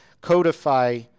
codify